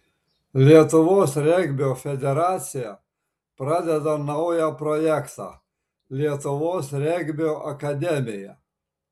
lietuvos regbio federacija pradeda naują projektą lietuvos regbio akademija